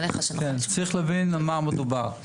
צריך להבין על מה מדובר.